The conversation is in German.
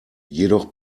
jedoch